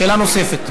שאלה נוספת.